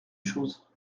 chose